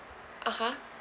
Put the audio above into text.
(uh huh)